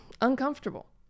Uncomfortable